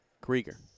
Krieger